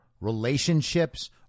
relationships